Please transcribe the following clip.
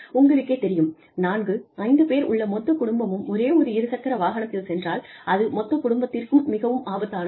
உங்களுக்கே தெரியும் நான்கு ஐந்து பேர் உள்ள மொத்த குடும்பமும் ஒரே ஒரு இருசக்கர வாகனத்தில் சென்றால் அது மொத்த குடும்பத்திற்கு மிகவும் ஆபத்தானதே